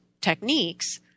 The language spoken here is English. techniques